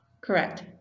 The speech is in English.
Correct